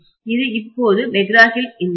இது இப்போது McGraw Hill India